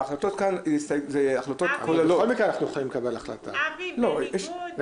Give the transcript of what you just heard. אבל בכל מקרה אנחנו יכולים לקבל החלטה לגבי הסתייגות,